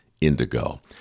indigo